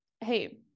Hey